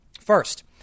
First